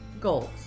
goals